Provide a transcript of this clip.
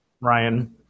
Ryan